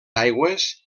aigües